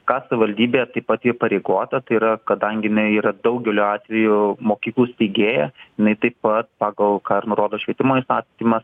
ką savivaldybė taip pat ji įpareigota tai yra kadangi jinai yra daugeliu atveju mokyklų steigėja jinai taip pat pagal ką ir nurodo švietimo įstatymas